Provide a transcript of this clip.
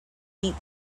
deep